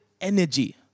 energy